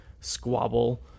squabble